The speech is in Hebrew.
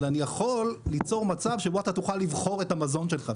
אבל אני יכול ליצור מצב שבו אתה תוכל לבחור את המזון שלך,